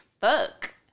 fuck